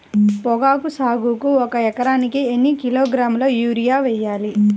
పొగాకు సాగుకు ఒక ఎకరానికి ఎన్ని కిలోగ్రాముల యూరియా వేయాలి?